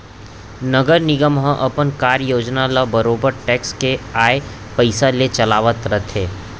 नगर निगम ह अपन कार्य योजना ल बरोबर टेक्स के आय पइसा ले चलावत रथे